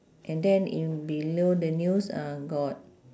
and then in below the news uh got